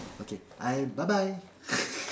okay I bye bye